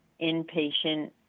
inpatient